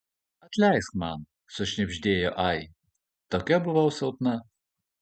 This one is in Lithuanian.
atleisk man sušnibždėjo ai tokia buvau silpna